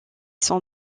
sans